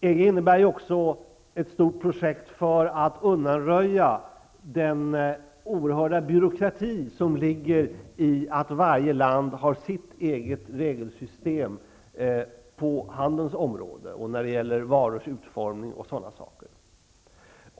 EG innebär också ett stort projekt för att undanröja den oerhörda byråkrati som ligger i att varje land har sitt eget regelsystem på handelns område, när det gäller varors utformning och sådana saker.